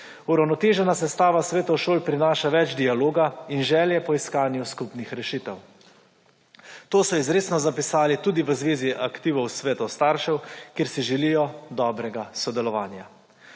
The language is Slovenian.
Uravnotežena sestava Svetov šol prinaša več dialoga in želje po iskanju skupnih rešitev. To so izredno zapisali tudi v zvezi Aktivov svetov staršev, kjer si želijo dobrega sodelovanja.